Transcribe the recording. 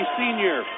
senior